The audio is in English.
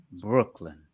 Brooklyn